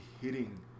hitting